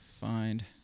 find